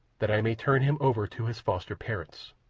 that i may turn him over to his foster parents.